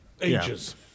Ages